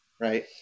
right